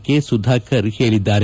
K Sudhakar ಹೇಳಿದ್ದಾರೆ